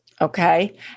Okay